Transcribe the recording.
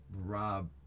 rob